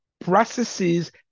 processes